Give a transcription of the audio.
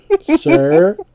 sir